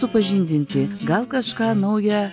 supažindinti gal kažką nauja